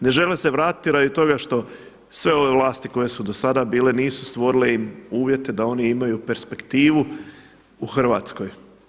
Ne žele se vratiti radi toga što sve ove vlasti koje su do sada bile nisu stvorili uvjete da oni imaju perspektivu u Hrvatskoj.